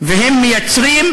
והן מייצרות